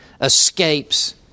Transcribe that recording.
escapes